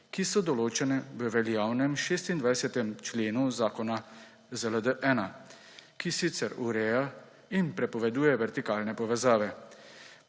ki so določene v veljavnem 26. členu zakona ZLD-1, ki sicer ureja in prepoveduje vertikalne povezave.